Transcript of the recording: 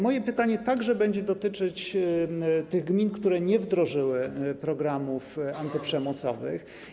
Moje pytanie także będzie dotyczyło tych gmin, które nie wdrożyły programów antyprzemocowych.